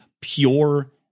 pure